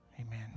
Amen